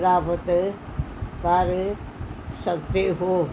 ਪ੍ਰਾਪਤ ਕਰ ਸਕਦੇ ਹੋ